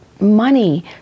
money